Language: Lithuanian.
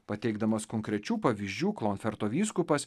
pateikdamas konkrečių pavyzdžių klonferto vyskupas